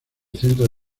centra